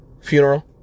funeral